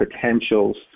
potentials